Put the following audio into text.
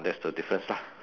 that's the difference lah